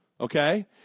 Okay